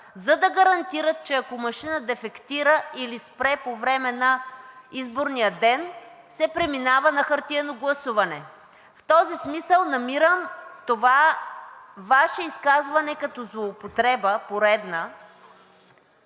за да гарантират, че ако машина дефектира или спре по време на изборния ден, се преминава на хартиено гласуване. В този смисъл намирам това Ваше изказване като поредна